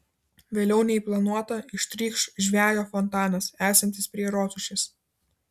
vėliau nei planuota ištrykš žvejo fontanas esantis prie rotušės